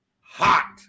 hot